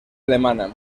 alemana